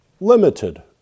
limited